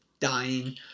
dying